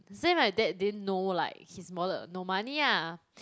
say my dad didn't know like his wallet got no money ah